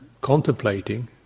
contemplating